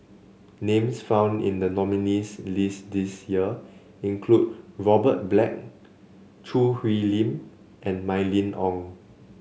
names found in the nominees' list this year include Robert Black Choo Hwee Lim and Mylene Ong